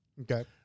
Okay